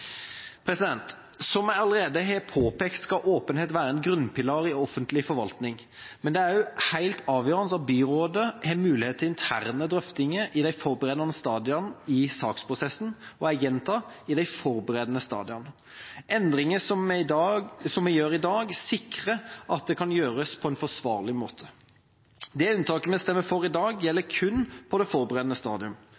Som jeg allerede har påpekt, skal åpenhet være en grunnpilar i offentlig forvaltning, men det er også helt avgjørende at byrådet har mulighet til interne drøftinger i de forberedende stadiene i saksprosessen – og jeg gjentar: i de forberedende stadiene. Endringene som vi gjør i dag, sikrer at det kan gjøres på en forsvarlig måte. Det unntaket vi stemmer for i dag, gjelder kun på det forberedende stadium.